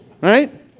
right